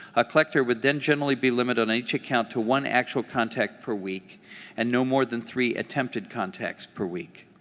a collector would then generally be limited on each account to one actual contact per week and no more than three attempted contacts per week.